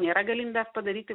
nėra galimybės padaryti